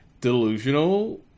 delusional